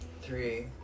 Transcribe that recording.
Three